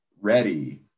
ready